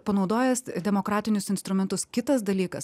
panaudojęs demokratinius instrumentus kitas dalykas